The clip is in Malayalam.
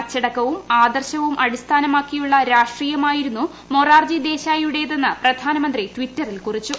അച്ചടക്കവും ആദർശവും അടിസ്ഥാനമാക്കിയുള്ള രാഷ്ട്രീയമായിരുന്നു മൊറാർജി ദേശായിയുടേതെന്ന് പ്രധാനമന്ത്രി ട്വിറ്ററിൽ കുറിച്ചു